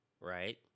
Right